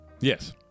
Yes